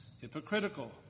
hypocritical